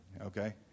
okay